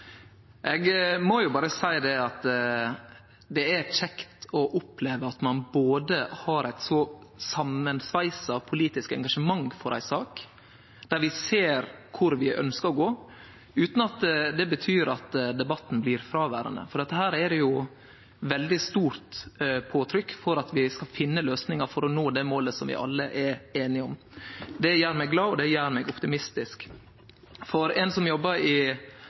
samansveisa politisk engasjement for ei sak, der vi ser kvar vi ønskjer å gå, utan at det betyr at debatten blir fråverande, for her er det jo veldig stort påtrykk for at vi skal finne løysingar for å nå det målet som vi alle er einige om. Det gjer meg glad, og det gjer meg optimistisk. For ein som jobbar i